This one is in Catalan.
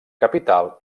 capital